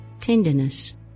tenderness